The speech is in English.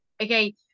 Okay